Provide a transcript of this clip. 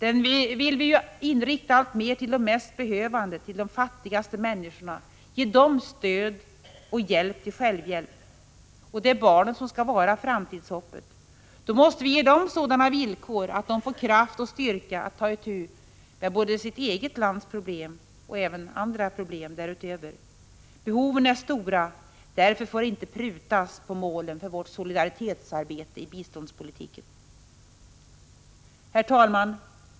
Vi vill ju inrikta den alltmer till de mest behövande, till de fattigaste människorna, ge dem stöd och hjälp till självhjälp. Det är barnen som skall vara framtidshoppet. Då måste vi ge dem sådana villkor att de får kraft och styrka att ta itu med både sitt eget lands problem och andra problem. Behoven är stora. Därför får det inte prutas på målen för vårt solidaritetsarbete i biståndspolitiken. Herr talman!